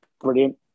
Brilliant